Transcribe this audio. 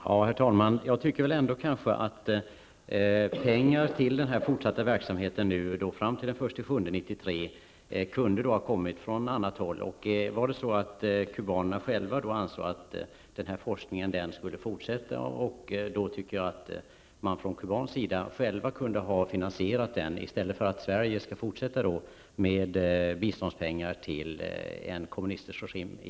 Herr talman! Jag tycker ändå att pengar till den fortsatta verksamheten fram till den 1 juli 1993 kunde ha kommit från annat håll. Om kubanerna anser att denna forskning skall fortsätta, tycker jag att man från kubansk sida själv kunde ha finansierat den, hellre än att Sverige skall fortsätta att ge biståndspengar till en kommunistisk regim i